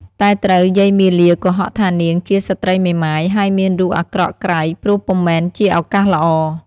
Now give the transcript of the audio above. តែត្រូវយាយមាលាកុហកថានាងជាស្ត្រីមេម៉ាយ ហើយមានរូបអាក្រក់ក្រៃ ព្រោះពុំមែនជាឱកាសល្អ។